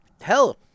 Hell